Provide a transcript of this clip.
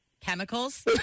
Chemicals